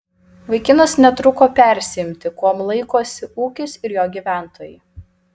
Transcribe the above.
vaikinas netruko persiimti kuom laikosi ūkis ir jo gyventojai